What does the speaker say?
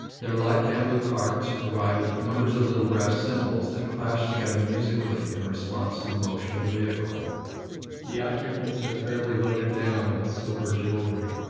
their light bamboo carts are provided with numbers of little brass cymbals that clash together musically in response to the motion of the vehicle the occupants are fairly loaded down with silver jewellery,